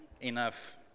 enough